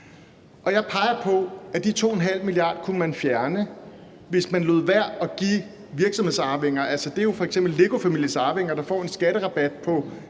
Og jeg peger på, at de her 2,5 mia. kr. kunne man skaffe, hvis man lod være med at give virksomhedsarvinger skatterabatter. Det er jo f.eks. LEGO-familiens arvinger, der får en skatterabat på